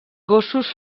gossos